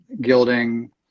gilding